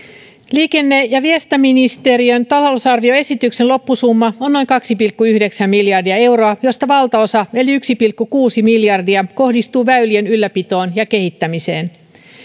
liikenne ja viestintäministeriön talousarvioesityksen loppusumma on noin kaksi pilkku yhdeksän miljardia euroa josta valtaosa eli yksi pilkku kuusi miljardia kohdistuu väylien ylläpitoon ja kehittämiseen